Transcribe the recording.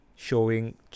showing